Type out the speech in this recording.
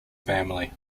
family